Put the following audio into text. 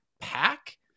pack